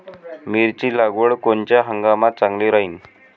मिरची लागवड कोनच्या हंगामात चांगली राहीन?